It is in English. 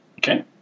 Okay